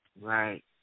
right